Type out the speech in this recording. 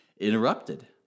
interrupted